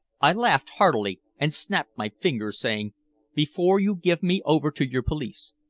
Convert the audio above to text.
i laughed heartily and snapped my fingers, saying before you give me over to your police,